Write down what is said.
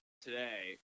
today